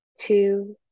two